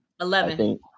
Eleven